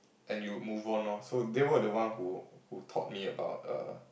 then you move on loh so they were the one who who taught me about a